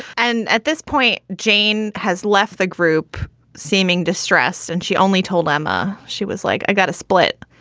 and at this point, jane has left the group seeming distressed. and she only told emma she was like, i've got a split.